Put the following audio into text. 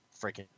freaking